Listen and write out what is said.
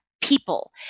people